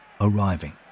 arriving